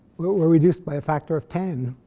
were reduced by a factor of ten.